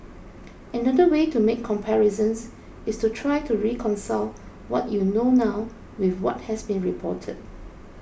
another way to make comparisons is to try to reconcile what you know now with what has been reported